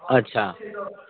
अच्छा